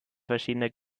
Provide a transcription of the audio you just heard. verschiedener